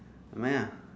never mind ah